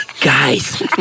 Guys